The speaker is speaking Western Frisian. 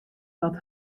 wat